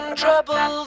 trouble